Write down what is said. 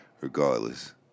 regardless